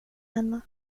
henne